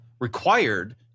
required